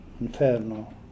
inferno